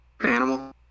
animal